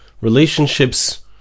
relationships